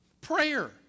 Prayer